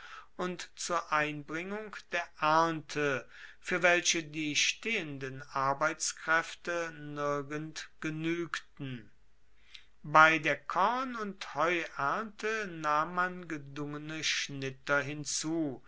und zur einbringung der ernte fuer welche die stehenden arbeitskraefte nirgend genuegten bei der korn und heuernte nahm man gedungene schnitter hinzu